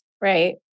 right